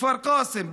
בכפר קאסם,